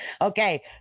Okay